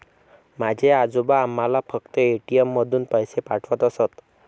माझे आजोबा आम्हाला फक्त ए.टी.एम मधून पैसे पाठवत असत